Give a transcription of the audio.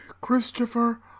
Christopher